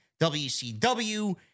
WCW